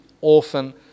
orphan